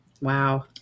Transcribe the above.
Wow